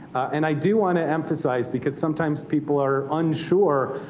and i do want to emphasize, because sometimes people are unsure,